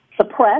suppressed